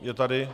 Je tady?